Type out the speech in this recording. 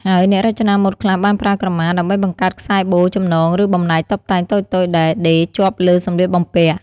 ហើយអ្នករចនាម៉ូដខ្លះបានប្រើក្រមាដើម្បីបង្កើតខ្សែបូ ចំណង ឬបំណែកតុបតែងតូចៗដែលដេរជាប់លើសម្លៀកបំពាក់។